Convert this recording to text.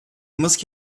must